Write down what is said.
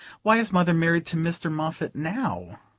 why is mother married to mr. moffatt now?